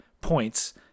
points